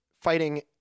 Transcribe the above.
fighting